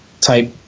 type